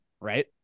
right